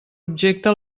objecte